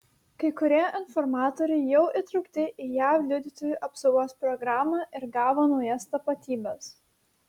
kai kurie informatoriai jau įtraukti į jav liudytojų apsaugos programą ir gavo naujas tapatybes